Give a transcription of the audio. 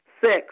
Six